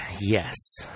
Yes